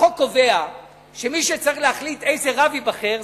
החוק קובע שמי שצריך להחליט איזה רב ייבחר,